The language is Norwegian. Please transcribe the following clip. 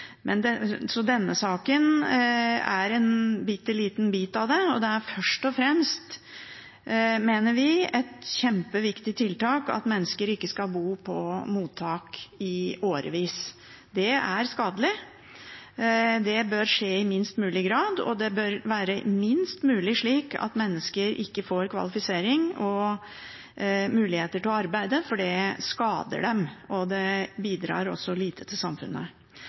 Denne saken er en bitte liten bit av det, og det er først og fremst et kjempeviktig tiltak at mennesker ikke skal bo på mottak i årevis. Det er skadelig. Det bør skje i minst mulig grad, og det bør skje minst mulig at mennesker ikke får kvalifisering eller mulighet til å arbeide, for det skader dem, og det bidrar lite til samfunnet.